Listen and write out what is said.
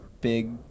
big